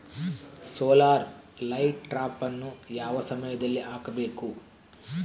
Solar light ಟ್ರಾಪನ್ನು ಯಾವ ಸಮಯದಲ್ಲಿ ಹಾಕಬೇಕು?